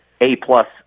A-plus